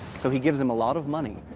so he gives him a lot of money,